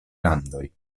landoj